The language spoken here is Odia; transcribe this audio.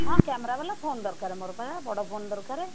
ହଁ କ୍ୟାମେରା ବାଲା ଫୋନ୍ ଦରକାର୍ ମୋର ପରା ବଡ଼ ଫୋନ୍ ଦରକାର୍